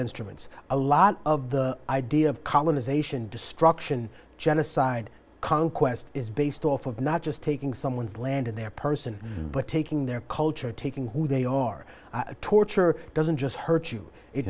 instruments a lot of the idea of colonization destruction genocide conquest is based off of not just taking someone's land and their person but taking their culture taking who they are torture doesn't just hurt you it